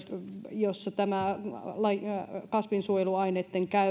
jossa kasvinsuojeluaineitten